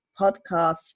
podcast